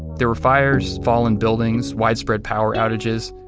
there were fires, fallen buildings, widespread power outages.